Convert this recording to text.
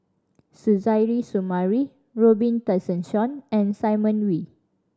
Suzairhe Sumari Robin Tessensohn and Simon Wee